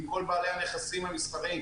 לכל בעלי הנכסים המסחריים,